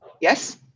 Yes